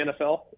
NFL